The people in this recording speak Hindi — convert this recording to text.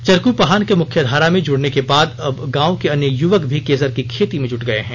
चरकू पहान के मुख्यधारा में जुड़ने के बाद अब गांव के अन्य युवक भी केसर की खेती में जुट गए हैं